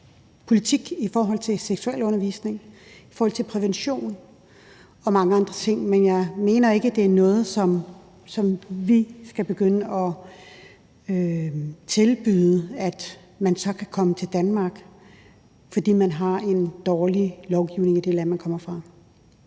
politik i forhold til seksualundervisning, i forhold til prævention og mange andre ting, men jeg mener ikke, at vi skal begynde at tilbyde, at man så kan komme til Danmark, fordi man har en dårlig lovgivning i det land, man kommer fra.